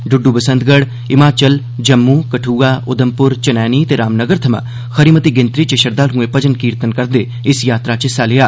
इड़ु बसंतगढ़ हिमाचल जम्मू कठ्आ उधमपूर चनैनी ते रामनगर थमां खरी मती गिनतरी च श्रद्वालुएं भजन कीर्तन करदे इस यात्रा च हिस्सा लैता